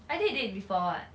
I did date before [what]